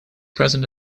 present